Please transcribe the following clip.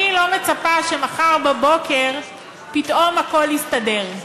אני לא מצפה שמחר בבוקר פתאום הכול יסתדר.